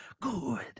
Good